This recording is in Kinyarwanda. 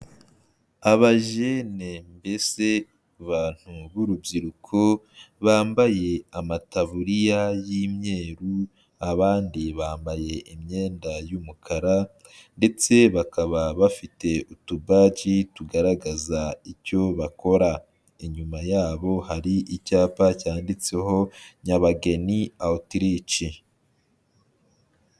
Abajene mbese abantu b'urubyiruko bambaye amataburiya y'imyeru, abandi bambaye imyenda y'umukara ndetse bakaba bafite utubaji tugaragaza icyo bakora. Inyuma yabo hari icyapa cyanditseho Nyabageni outreach.